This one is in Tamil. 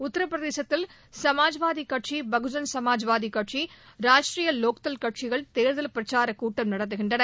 உத்தரபிரதேசத்தில் சமாஜ்வாதி கட்சி பகுஜன் சமாஜ் கட்சி ராஷ்ட்ரிய லோக்தள் கட்சிகள் தேர்தல் பிரக்காரக்கூட்டம் நடத்துகின்றன